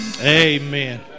amen